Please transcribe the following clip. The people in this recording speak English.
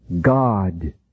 God